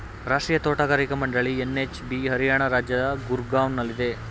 ರಾಷ್ಟ್ರೀಯ ತೋಟಗಾರಿಕಾ ಮಂಡಳಿ ಎನ್.ಎಚ್.ಬಿ ಹರಿಯಾಣ ರಾಜ್ಯದ ಗೂರ್ಗಾವ್ನಲ್ಲಿದೆ